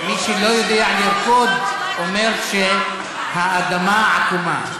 מי שלא יודע לרקוד אומר שהאדמה עקומה.